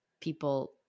people